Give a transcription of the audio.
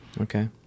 Okay